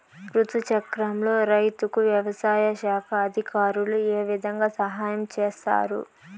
రుతు చక్రంలో రైతుకు వ్యవసాయ శాఖ అధికారులు ఏ విధంగా సహాయం చేస్తారు?